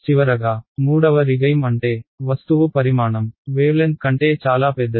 చివరగా మూడవ రిగైమ్ అంటే వస్తువు పరిమాణం వేవ్లెన్త్ కంటే చాలా పెద్దది